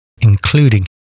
including